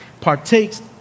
partakes